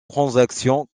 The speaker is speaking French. transactions